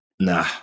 Nah